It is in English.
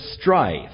strife